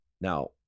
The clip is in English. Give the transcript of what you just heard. now